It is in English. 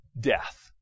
death